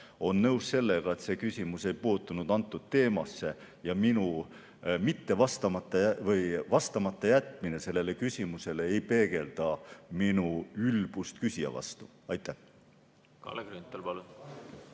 on nõus sellega, et see küsimus ei puutunud antud teemasse ja vastamata jätmine sellele küsimusele ei peegelda minu ülbust küsija vastu. Aitäh